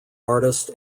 artist